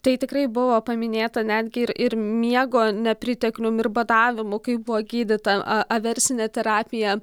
tai tikrai buvo paminėta netgi ir ir miego nepriteklium ir badavimu kaip buvo gydyta a aversine terapija